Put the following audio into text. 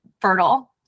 fertile